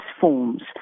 forms